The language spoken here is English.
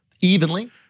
Evenly